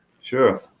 Sure